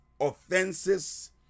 offenses